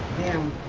am